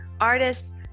artists